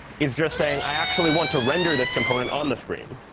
is just saying, i actually want to render this component on the screen.